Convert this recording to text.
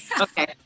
Okay